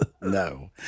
No